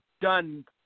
done –